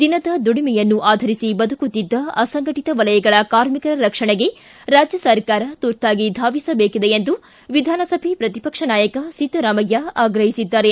ದಿನದ ದುಡಿಮೆಯನ್ನು ಆಧರಿಸಿ ಬದುಕುತ್ತಿದ್ದ ಅಸಂಘಟಿತ ವಲಯಗಳ ಕಾರ್ಮಿಕರ ರಕ್ಷಣೆಗೆ ರಾಜ್ಯ ಸರ್ಕಾರ ತುರ್ತಾಗಿ ಧಾವಿಸಬೇಕಿದೆ ಎಂದು ವಿಧಾನಸಭೆ ಪ್ರತಿಪಕ್ಷ ನಾಯಕ ಸಿದ್ದರಾಮಯ್ಯ ಆಗ್ರಹಿಸಿದ್ದಾರೆ